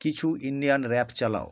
কিছু Indian rap চালাও